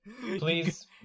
Please